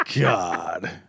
God